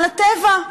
על הטבע.